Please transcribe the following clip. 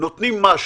נותנים משהו.